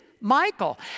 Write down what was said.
Michael